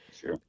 sure